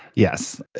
yes.